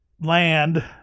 land